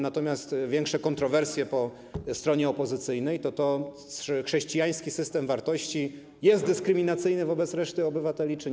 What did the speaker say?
Natomiast większe kontrowersje po stronie opozycyjnej budziło to, czy chrześcijański system wartości jest dyskryminacyjny wobec reszty obywateli, czy nie.